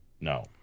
no